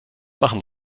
machen